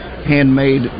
Handmade